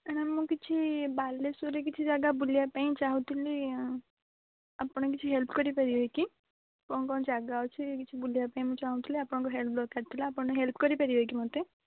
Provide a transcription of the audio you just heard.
madam ମୁଁ କିଛି ବାଲେଶ୍ୱରରେ କିଛି ଜାଗା ବୁଲିବା ପାଇଁ ଚାହୁଁଥିଲି ଆପଣ କିଛି ହେଲ୍ପ କରିପାରିବେ କି କ'ଣ କ'ଣ ଜାଗା ଅଛି କିଛି ବୁଲିବା ପାଇଁ ମୁଁ ଚାହୁଁଥିଲି ଆପଣଙ୍କ ହେଲ୍ପ ଦରକାର ଥିଲା ଆପଣ ହେଲ୍ପ କରିପାରିବେ କି ମତେ